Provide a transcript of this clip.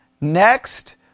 Next